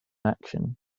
action